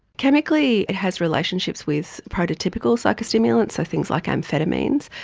chemically it has relationships with prototypical psychostimulants, so things like amphetamines.